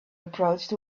approached